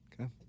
Okay